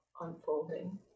unfolding